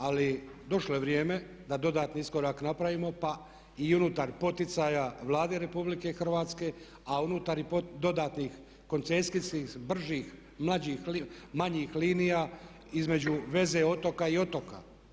Ali došlo je vrijeme da dodatni iskorak napravimo pa i unutar poticaja Vlade RH a unutar i dodatnih koncesijskih bržih, mlađih, manjih linija između veze otoka i otoka.